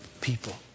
people